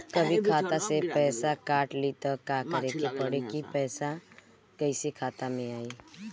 कभी खाता से पैसा काट लि त का करे के पड़ी कि पैसा कईसे खाता मे आई?